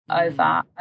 Over